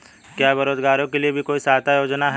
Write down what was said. क्या बेरोजगारों के लिए भी कोई सहायता योजना है?